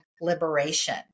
liberation